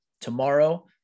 tomorrow